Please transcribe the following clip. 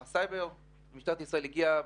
משטרת ישראל הגיעה